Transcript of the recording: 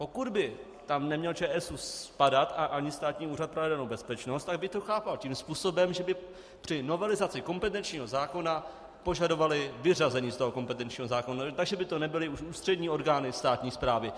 Pokud by tam neměl ČSÚ spadat, a ani Státní úřad pro jadernou bezpečnost, tak bych to chápal tím způsobem, že by při novelizaci kompetenčního zákona požadovaly vyřazení z kompetenčního zákona tak, že by to nebyly už ústřední orgány státní správy.